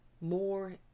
more